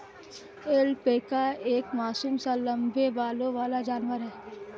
alpaca एक मासूम सा लम्बे बालों वाला जानवर है